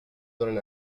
donen